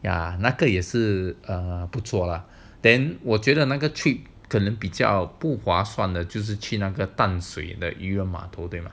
ya 那个也是 err 不错了 then 我觉得那个 trip 可能比较不划算的就是去那个潭水的娱乐码头对吗